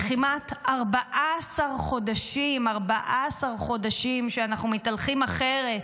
וכמעט 14 חודשים, 14 חודשים שאנחנו מתהלכים אחרת,